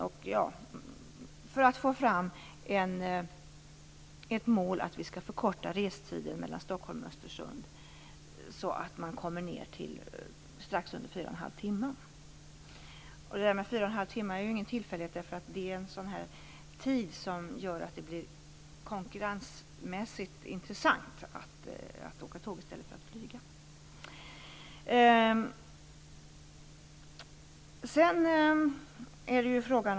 Det handlar om möjligheten att förkorta restiden mellan Stockholm och Östersund ned till strax under fyra och en halv timme. Att målet är valt till fyra och en halv timme är ingen tillfällighet. Det är vid den tiden som det blir konkurrensmässigt intressant att åka tåg i stället för att flyga.